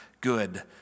good